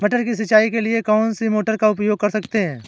मटर की सिंचाई के लिए कौन सी मोटर का उपयोग कर सकते हैं?